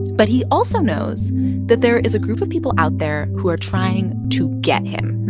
but he also knows that there is a group of people out there who are trying to get him.